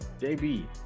JB